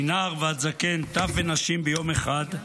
מנער ועד זקן, טף ונשים, ביום אחד,